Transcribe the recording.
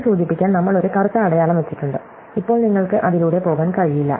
ഇത് സൂചിപ്പിക്കാൻ നമ്മൾ ഒരു കറുത്ത അടയാളം വെച്ചിട്ടുണ്ട് ഇപ്പോൾ നിങ്ങൾക്ക് അതിലൂടെ പോകാൻ കഴിയില്ല